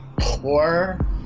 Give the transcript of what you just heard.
poor